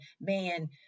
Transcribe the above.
man